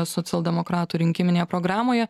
socialdemokratų rinkiminėje programoje